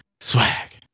swag